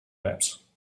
maps